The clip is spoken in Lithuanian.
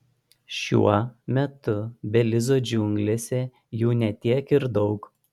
šiuo metu belizo džiunglėse jų ne tiek ir daug